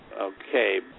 okay